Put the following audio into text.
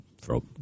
Throw